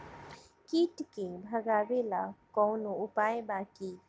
कीट के भगावेला कवनो उपाय बा की?